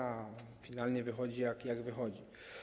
A finalnie wychodzi, jak wychodzi.